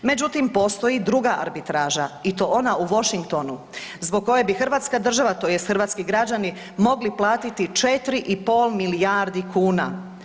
Međutim, postoji druga arbitraža i to ona u Washingtonu zbog koje bi Hrvatska država tj. hrvatski građani mogli platiti 4,5 milijardi kuna.